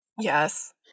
yes